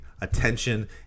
attention